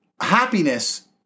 happiness